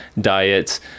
diets